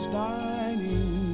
dining